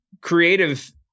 creative